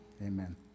Amen